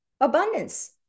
abundance